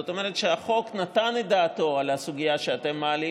זאת אומרת שהחוק נתן את דעתו על הסוגיה שאתם מעלים